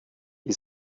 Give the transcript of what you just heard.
die